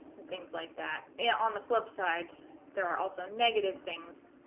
and things like that yeah on the flip side there are also negative things